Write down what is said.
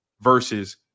versus